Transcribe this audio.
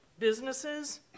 businesses